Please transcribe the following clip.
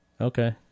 okay